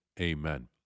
Amen